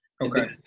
Okay